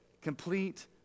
Complete